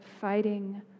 fighting